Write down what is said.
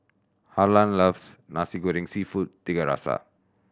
Harlan loves Nasi Goreng Seafood Tiga Rasa